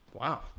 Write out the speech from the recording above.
Wow